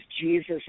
Jesus